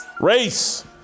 Race